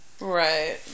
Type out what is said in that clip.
Right